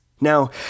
Now